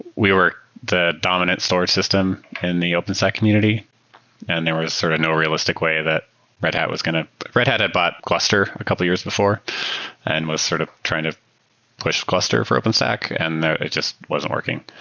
we were the dominant storage system in the open sec community and there was sort of no realistic way that red hat was going to red hat had bought gluster a couple of years before and was sort of trying to push gluster for open stack, and it just wasn't working.